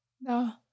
no